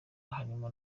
harimo